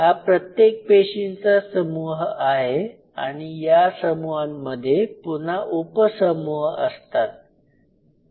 हा प्रत्येक पेशींचा समूह आहे आणि या समूहांमध्ये पुन्हा उप समूह असतात